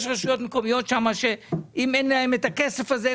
יש רשויות מקומיות שם שאם אין להן את הכסף הזה,